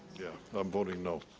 yeah, i'm voting no.